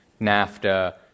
NAFTA